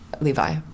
Levi